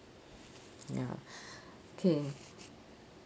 ya k